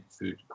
food